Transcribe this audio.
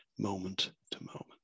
moment-to-moment